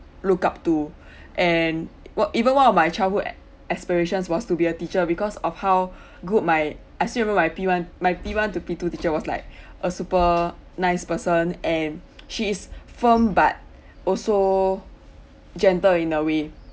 look up to and wh~ even one of childhood a~ aspiration was to be a teacher because of how good my I still remember my p-one my p-one to p-two teacher was like a super nice person and she is firm but also gentle in a way